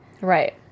right